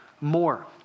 more